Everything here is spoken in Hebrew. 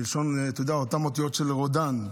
מלשון אותן אותיות של רודן,